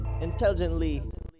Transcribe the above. intelligently